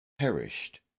Perished